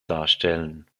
darstellen